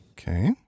Okay